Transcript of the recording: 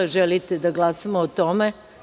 Želite da glasamo o tome?